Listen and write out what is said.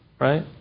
right